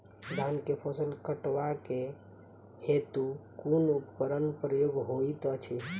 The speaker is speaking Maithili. धान केँ फसल कटवा केँ हेतु कुन उपकरणक प्रयोग होइत अछि?